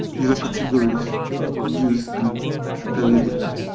user categories use on a daily but